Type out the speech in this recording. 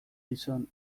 gizon